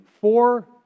four